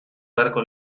beharko